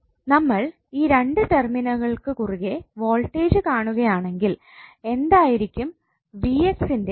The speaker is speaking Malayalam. നമ്മൾ ഈ രണ്ട് ടെർമിനലുകൾക്ക് കുറുകെ വോൾട്ടേജ് കാണുകയാണെങ്കിൽ എന്തായിരിക്കും ന്റെ മൂല്യം